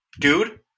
Dude